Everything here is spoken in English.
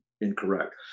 incorrect